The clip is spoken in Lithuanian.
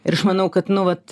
ir aš manau kad nu vat